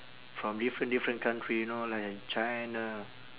from different different country you know like china